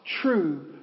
true